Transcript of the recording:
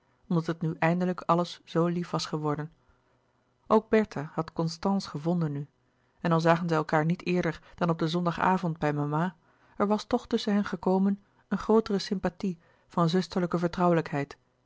omdat het nu eindelijk alles zoo lief was geworden ook bertha had constance gevonden nu en al zagen zij elkaâr niet eerder dan op den zondagavond bij mama er was toch tusschen hen gekomen een grootere sympathie van zusterlijke vertrouwelijkheid